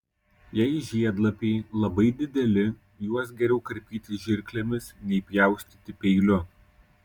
jei žiedlapiai labai dideli juos geriau karpyti žirklėmis nei pjaustyti peiliu